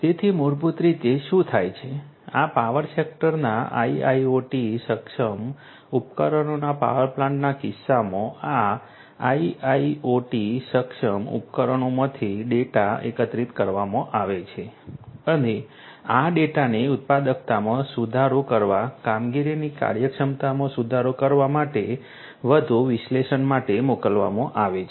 તેથી મૂળભૂત રીતે શું થાય છે આ પાવર સેક્ટરના IIoT સક્ષમ ઉપકરણોના પાવર પ્લાન્ટના કિસ્સામાં આ IIoT સક્ષમ ઉપકરણોમાંથી ડેટા એકત્રિત કરવામાં આવે છે અને આ ડેટાને ઉત્પાદકતામાં સુધારો કરવા કામગીરીની કાર્યક્ષમતામાં સુધારો કરવા માટે વધુ વિશ્લેષણ માટે મોકલવામાં આવે છે